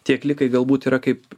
tie klikai galbūt yra kaip